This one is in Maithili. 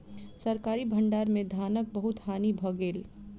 सरकारी भण्डार में धानक बहुत हानि भ गेल